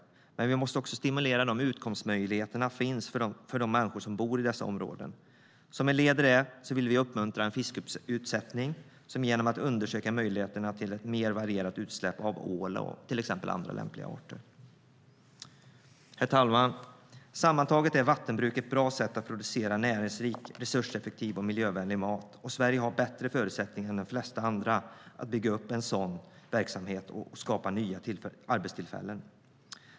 Men vi måste också stimulera utkomstmöjligheter för människor som bor i dessa områden. Som ett led i detta vill vi uppmuntra fiskutsättning, till exempel genom att undersöka möjligheterna till ett mer varierat utsläpp av ål och andra lämpliga arter. Herr talman! Sammantaget är vattenbruk ett bra sätt att producera näringsrik, resurseffektiv och miljövänlig mat, och Sverige har bättre förutsättningar än de flesta andra att bygga upp en sådan verksamhet och skapa nya arbetstillfällen.